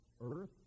earth